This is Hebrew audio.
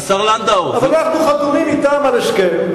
אבל אנחנו חתומים על הסכם,